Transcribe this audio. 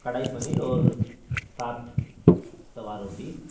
کڑھائی پنیر اور ساتھ توا روٹی